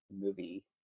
movie